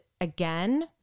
again